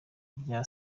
irya